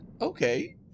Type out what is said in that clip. Okay